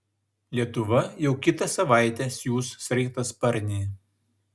lietuva jau kitą savaitę siųs sraigtasparnį